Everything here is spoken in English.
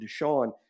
Deshaun